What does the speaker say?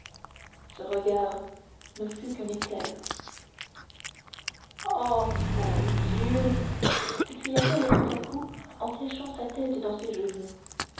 ce regard ne fut qu'un éclair ô mon dieu cria-t-elle tout à coup en cachant sa tête dans ses genoux